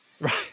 Right